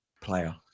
player